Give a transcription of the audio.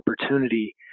opportunity